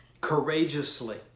courageously